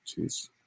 Jeez